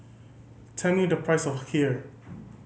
tell me the price of Kheer